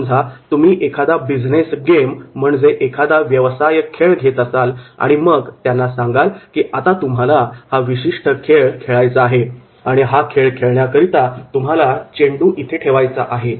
समजा तुम्ही एक व्यवसाय खेळ Business Games बिजनेस गेम्स घेत असाल आणि मग त्यांना सांगाल की आता तुम्हाला हा विशिष्ट खेळ खेळायचा आहे आणि हा खेळ खेळण्याकरिता तुम्हाला चेंडू इथे ठेवायचा आहे